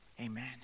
amen